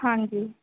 हां जी